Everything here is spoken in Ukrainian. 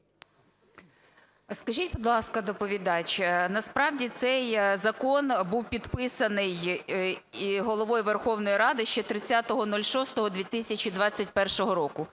Скажіть, будь ласка, доповідач, насправді, цей закон був підписаний Головою Верховної Ради ще 30.06.2021 року.